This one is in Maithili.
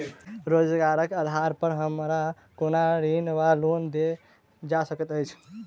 रोजगारक आधार पर हमरा कोनो ऋण वा लोन देल जा सकैत अछि?